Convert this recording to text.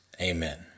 Amen